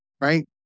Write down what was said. right